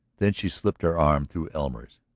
then she slipped her arm through elmer's.